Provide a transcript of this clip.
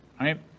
right